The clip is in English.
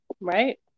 Right